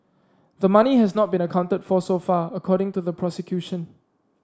the money has not been accounted for so far according to the prosecution